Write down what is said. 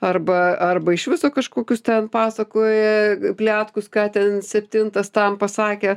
arba arba iš viso kažkokius ten pasakoja pliatkus ką ten septintas tam pasakė